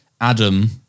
Adam